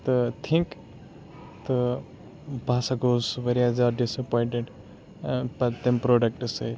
تہٕ تھِنٛک تہٕ بہٕ ہَسا گوس واریاہ زیادٕ ڈِسایٚپوینٹِڈ پَتہٕ تمہِ پروڈَکٹ سۭتۍ